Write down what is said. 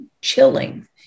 chilling